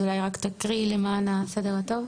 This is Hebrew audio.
אז אולי רק תקריאי למען הסדר הטוב?